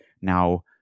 Now